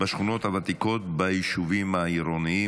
בשכונות ותיקות ביישובים עירוניים.